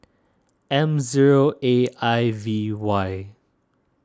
M zero A I V Y